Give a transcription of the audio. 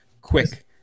Quick